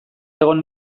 egon